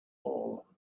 all